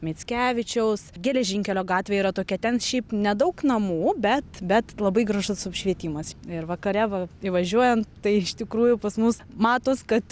mickevičiaus geležinkelio gatvė yra tokia ten šiaip nedaug namų bet bet labai gražus apšvietimas ir vakare va įvažiuojant tai iš tikrųjų pas mus matos kad